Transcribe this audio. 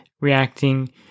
reacting